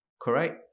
correct